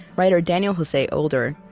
writer daniel jose older,